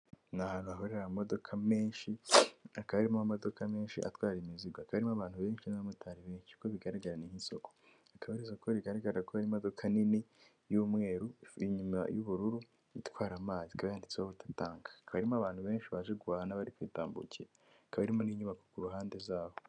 Ni ahantu hahurira ama modoka menshi, hakaba harimo ama modoka menshi atwara imizigo, hakaba harimo abantu benshi n'abamotari benshi, uko bigaragara ni nk'isoko, akaba ari isoko rigaragara ko ririmo imodoka nini y'umweru, inyuma y'ubururu, itwara amazi, ikaba yanditseho wota tanka, ikaba irimo abantu benshi baje guhaha, n'abari kwitambukira, ikaba irimo n'inyubako ku mpande zaho.